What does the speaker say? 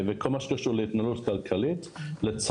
וכל מה שקשור להתנהלות כלכלית,